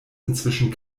inzwischen